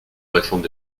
réforme